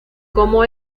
cómo